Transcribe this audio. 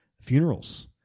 funerals